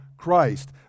Christ